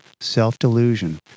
self-delusion